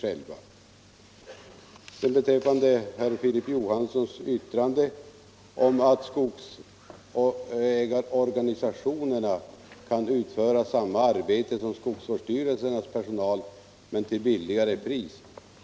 Herr Filip Johansson i Holmgården uttalade att skogsägarorganisationen kan utföra samma arbete som skogsvårdsstyrelsens personal men till lägre pris.